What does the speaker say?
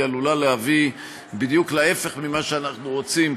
עלולה להביא בדיוק להפך ממה שאנחנו רוצים,